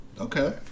Okay